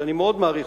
שאני מאוד מעריך,